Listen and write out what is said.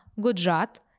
Gujarat